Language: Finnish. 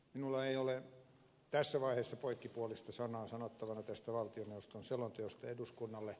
minulla ei ole tässä vaiheessa poikkipuolista sanaa sanottavana tästä valtioneuvoston selonteosta eduskunnalle